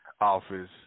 Office